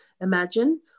imagine